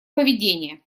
поведение